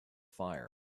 fire